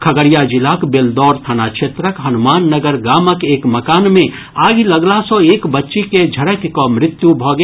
खगड़िया जिलाक बेलदौर थाना क्षेत्रक हनुमान नगर गामक एक मकान मे आगि लगला सँ एक बच्ची के झरकि कऽ मृत्यु भऽ गेल